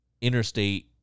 interstate